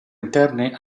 interne